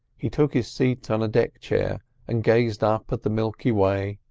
he took his seat on a deck chair and gazed up at the milky way,